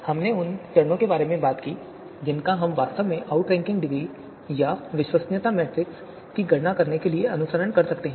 इसलिए हमने उन चरणों के बारे में भी बात की जिनका हम वास्तव में आउटरैंकिंग डिग्री या विश्वसनीयता मैट्रिक्स की गणना करने के लिए अनुसरण कर सकते हैं